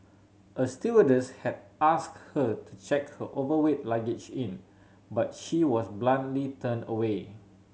a stewardess had asked her to check her overweight luggage in but she was bluntly turned away